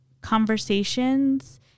conversations